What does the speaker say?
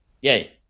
Yay